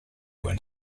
went